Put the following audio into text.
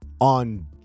on